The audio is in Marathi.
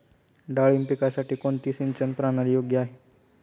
डाळिंब पिकासाठी कोणती सिंचन प्रणाली योग्य आहे?